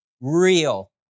Real